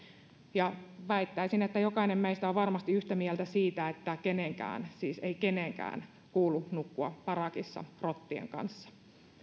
ja väittäisin että jokainen meistä on varmasti yhtä mieltä siitä että ei kenenkään siis ei kenenkään kuulu nukkua parakissa rottien kanssa